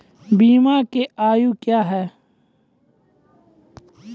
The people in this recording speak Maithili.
बीमा के आयु क्या हैं?